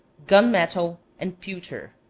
gun-metal, and pewter.